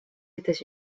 états